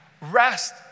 Rest